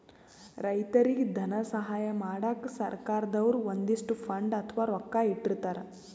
ರೈತರಿಗ್ ಧನ ಸಹಾಯ ಮಾಡಕ್ಕ್ ಸರ್ಕಾರ್ ದವ್ರು ಒಂದಿಷ್ಟ್ ಫಂಡ್ ಅಥವಾ ರೊಕ್ಕಾ ಇಟ್ಟಿರ್ತರ್